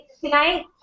tonight